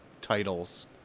titles